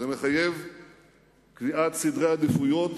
זה מחייב קביעת סדרי עדיפויות